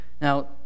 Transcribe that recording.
now